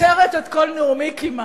מייתרת את כל נאומי כמעט.